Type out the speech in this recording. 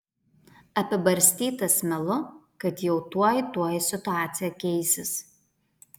apibarstytas melu kad jau tuoj tuoj situacija keisis